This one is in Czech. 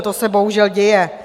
To se bohužel děje.